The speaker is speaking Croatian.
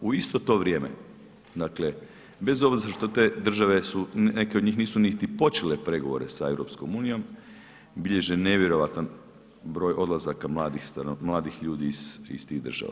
U isto to vrijeme, dakle bez obzira što te države neke od njih nisu niti počele pregovore sa EU bilježe nevjerojatan broj odlazaka mladih ljudi iz tih država.